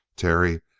terry,